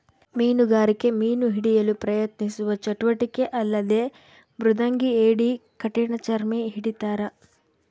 ಮೀನುಗಾರಿಕೆ ಮೀನು ಹಿಡಿಯಲು ಪ್ರಯತ್ನಿಸುವ ಚಟುವಟಿಕೆ ಅಲ್ಲದೆ ಮೃದಂಗಿ ಏಡಿ ಕಠಿಣಚರ್ಮಿ ಹಿಡಿತಾರ